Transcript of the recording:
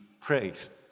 praised